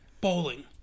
bowling